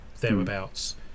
thereabouts